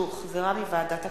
שהחזירה ועדת הכלכלה.